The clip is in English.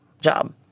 job